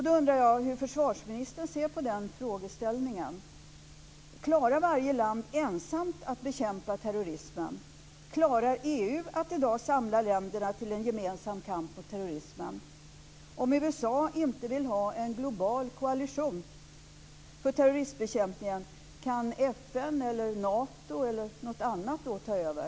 Då undrar jag hur försvarsministern ser på den frågeställningen. Klarar varje land att ensamt bekämpa terrorismen? Klarar EU i dag att samla länderna till en gemensam kamp mot terrorismen? Om USA inte vill ha en global koalition för terroristbekämpning, kan FN, Nato eller någon annan organisation ta över?